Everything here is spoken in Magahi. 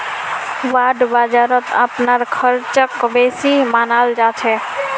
बांड बाजारत अपनार ख़र्चक बेसी मनाल जा छेक